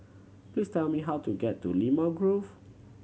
please tell me how to get to Limau Grove